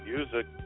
Music